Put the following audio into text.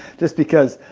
just because